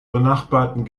benachbarten